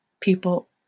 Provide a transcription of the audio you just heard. people